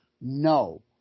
No